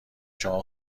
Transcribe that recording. شما